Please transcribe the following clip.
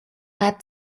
reibt